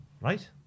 Right